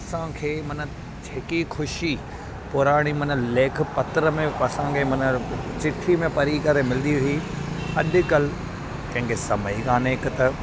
असांखे माना जेकी ख़ुशी पुराणी माना लेख पत्र में असांखे माना चिठी में पढ़ी करे मिलंदी हुई अॼुकल्ह कंहिंखे समय काने हिक त